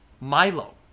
milo